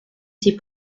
ses